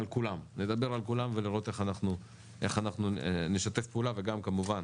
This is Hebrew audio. נדבר על כולם ולראות איך אנחנו נשתף פעולה וגם כמובן